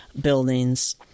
buildings